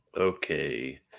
okay